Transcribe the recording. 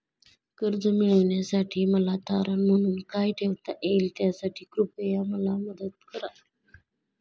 कर्ज मिळविण्यासाठी मला तारण म्हणून काय ठेवता येईल त्यासाठी कृपया मला मदत करा